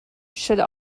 should